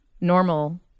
Normal